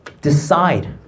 Decide